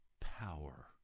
power